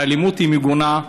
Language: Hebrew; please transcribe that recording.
האלימות היא מגונה.